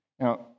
Now